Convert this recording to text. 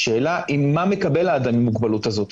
השאלה מה מקבל האדם עם המוגבלות הזו,